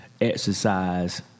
exercise